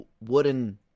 wooden